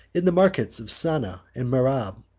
in the markets of saana and merab,